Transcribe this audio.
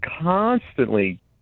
constantly